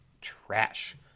trash